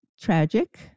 tragic